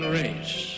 race